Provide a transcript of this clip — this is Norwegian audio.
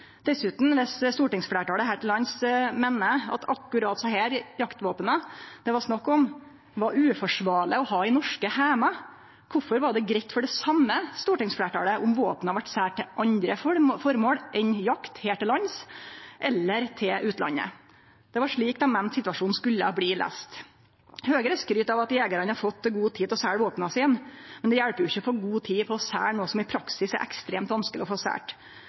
Dessutan, viss stortingsfleirtalet her til lands meiner at akkurat dei jaktvåpena det var snakk om, var uforsvarlege å ha i norske heimar, kvifor var det greitt for det same stortingsfleirtalet om våpena vart selde til andre føremål enn jakt her til lands eller til utlandet? Det var slik dei meinte situasjonen skulle bli løyst. Høgre skryt av at jegerane har fått god tid til å selje våpena sine, men det hjelper ikkje å få god tid til å selje noko som i praksis er ekstremt vanskeleg å få